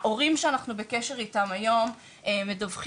ההורים שאנחנו בקשר איתם היום מדווחים